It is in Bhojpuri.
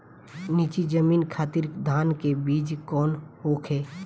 नीची जमीन खातिर धान के बीज कौन होखे?